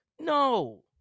No